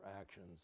actions